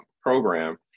program